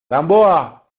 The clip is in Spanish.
gamboa